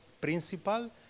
principal